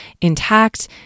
intact